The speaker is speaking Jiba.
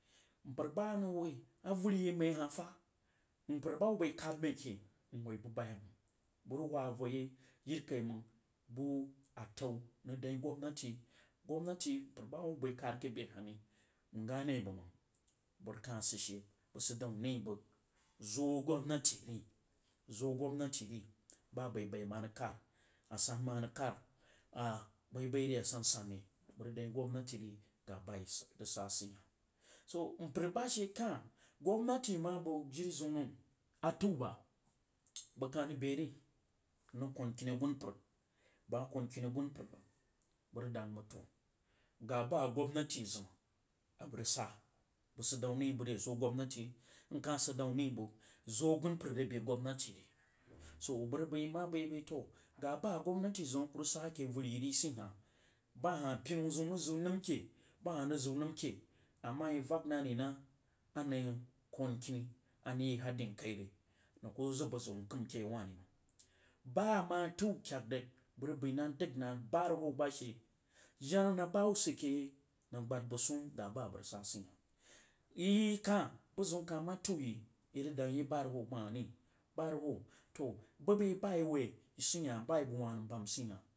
Mpər bah a nang wa avər ye maí hah fa mpər ba hubba bəi khad məi ake nwoi bəg bayaimang, bəg rig whah voh yaí jirikaimang buh atau nəng dang yi gwabnati, gwabnati mpər bah bəi khad ake behah ri yi hane yi bəg mang bəg kah sid daun nəi bəg zwoh gwabnati zwoh gwabnati rí bah abaibai ama rig khad asansan awang a rig khad ah baaibai re asasan re bəg rig dang yi gwabnati ri ga bah a yi rig sah sii hah so mpər bah shee kah gwabnati mah bəg jiriziumn nəm a təu bah bəg kah rig be rie mrig kwan kini agunpər bəg mah kwan kini agunpər rig bəg rig dang bəg toh bah a gwabnati zəmah abəg rig sah bəg sid daun naí bəg re zwoh gwabnati rí mkah sid daun rí zwoh mpər re beh gwabnati ri so bəg rig bəi mmah bəg rig bəi to ga bah a gwabnati zəm akah rig sa ake avəri yi ri syi hah bah hah pinə zium rig ziun nəm keh bah hah rig ziu nəm ke ama yi vak nah ri nah a nəng kwan kini a nəng yi ye hedin kai ri nang kuh zəg bəziun kəm ake yau wah ri mang bah amah təu kyak rig bəg rig bəi nah dəg nah bahuruhou ba she tena ba hubba sid ake yai nang gbad bəg swoh ga bah abəg rig sah sii hah yi kah yi rəg dang yi bahuruhou bah hah ri bahuruhou toh bumai ba yi woi sii hah ba a yi bəg wah nəm bam sii hah.